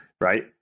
right